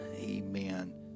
Amen